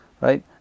right